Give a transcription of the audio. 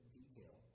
detail